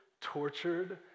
tortured